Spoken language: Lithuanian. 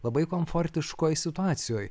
labai komfortiškoj situacijoj